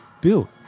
built